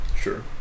Sure